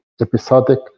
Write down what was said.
Episodic